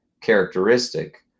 characteristic